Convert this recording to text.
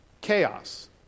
chaos